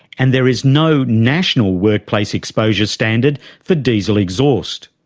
and there is no national workplace exposure standard for diesel exhaust.